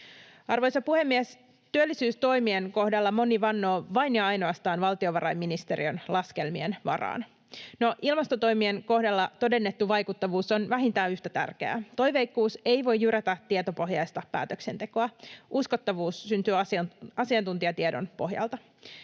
Arvoisa puhemies! Työllisyystoimien kohdalla moni vannoo vain ja ainoastaan valtiovarainministeriön laskelmien varaan. No, ilmastotoimien kohdalla todennettu vaikuttavuus on vähintään yhtä tärkeää. Toiveikkuus ei voi jyrätä tietopohjaista päätöksentekoa. Uskottavuus syntyy asiantuntijatiedon pohjalta.